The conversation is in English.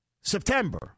September